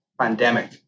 pandemic